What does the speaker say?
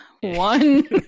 one